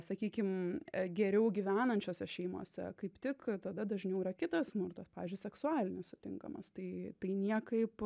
sakykim geriau gyvenančiose šeimose kaip tik tada dažniau yra kitas smurtas pavyzdžiui seksualinis sutinkamas tai tai niekaip